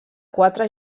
quatre